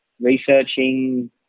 researching